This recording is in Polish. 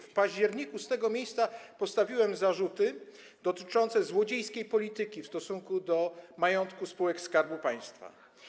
W październiku z tego miejsca postawiłem zarzuty dotyczące złodziejskiej polityki w stosunku do majątku spółek Skarbu Państwa.